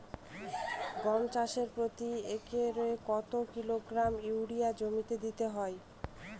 গম চাষে প্রতি একরে কত কিলোগ্রাম ইউরিয়া জমিতে দিতে হয়?